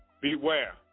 Beware